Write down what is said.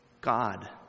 God